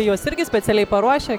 juos irgi specialiai paruošia